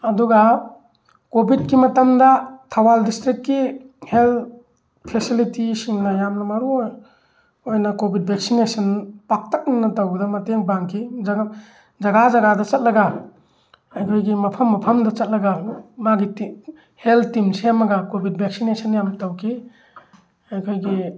ꯑꯗꯨꯒ ꯀꯣꯚꯤꯠꯀꯤ ꯃꯇꯝꯗ ꯊꯧꯕꯥꯜ ꯗꯤꯁꯇ꯭ꯔꯤꯛꯀꯤ ꯍꯦꯜꯠ ꯐꯦꯁꯤꯂꯤꯇꯤꯁꯁꯤꯡꯅ ꯌꯥꯝꯅ ꯃꯔꯨ ꯑꯣꯏꯅ ꯀꯣꯚꯤꯠ ꯚꯦꯛꯁꯤꯅꯦꯁꯟ ꯄꯥꯛꯇꯛꯅꯅ ꯇꯧꯕꯗ ꯃꯇꯦꯡ ꯄꯥꯡꯈꯤ ꯖꯒꯥ ꯖꯒꯥꯗ ꯆꯠꯂꯒ ꯑꯩꯈꯣꯏꯒꯤ ꯃꯐꯝ ꯃꯐꯝꯗ ꯆꯠꯂꯒ ꯃꯥꯒꯤ ꯍꯦꯜꯠ ꯇꯤꯝ ꯁꯦꯝꯃꯒ ꯀꯣꯚꯤꯠ ꯚꯦꯛꯁꯤꯅꯦꯁꯟ ꯌꯥꯝ ꯇꯧꯈꯤ ꯑꯩꯈꯣꯏꯒꯤ